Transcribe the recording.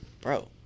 bro